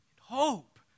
hope